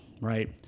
right